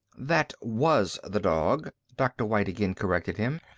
that was the dog, dr. white again corrected him.